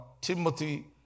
Timothy